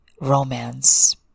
romance